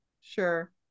Sure